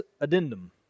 addendum